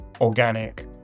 organic